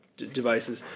devices